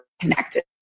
connected